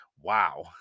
Wow